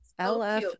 LF